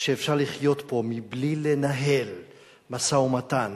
שאפשר לחיות פה מבלי לנהל משא-ומתן